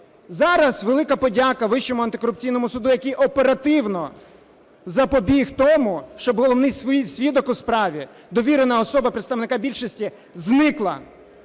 Зараз велика подяка Вищому антикорупційному суду, який оперативно запобіг тому, щоб головний свідок у справі, довірена особа представника більшості зникла.